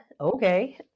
okay